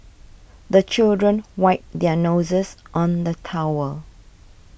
the children wipe their noses on the towel